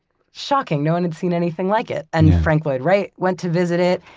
shocking, no one had seen anything like it. and frank lloyd wright went to visit it,